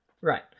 Right